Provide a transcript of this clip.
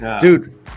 Dude